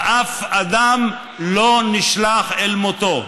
ואף אדם לא נשלח אל מותו.